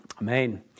Amen